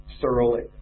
thoroughly